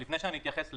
לפני שאתייחס לאלה,